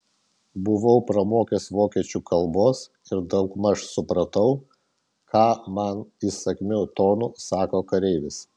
buvau pramokęs vokiečių kalbos ir daugmaž supratau ką man įsakmiu tonu sako kareivis